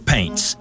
Paints